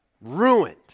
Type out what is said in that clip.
ruined